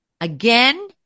again